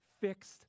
fixed